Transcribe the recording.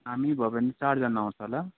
हामी भयो भने चारजना आउँछ होला